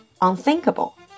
unthinkable